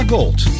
Gold